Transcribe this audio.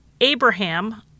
Abraham